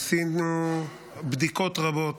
עשינו בדיקות רבות,